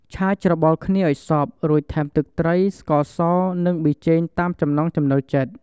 ឆាច្របល់គ្នាឱ្យសព្វ រួចថែមទឹកត្រី ស្ករស និងប៊ីចេងតាមចំណង់ចំណូលចិត្ត។